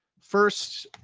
first,